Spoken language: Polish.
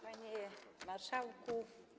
Panie Marszałku!